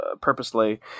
purposely